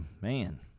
man